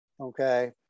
okay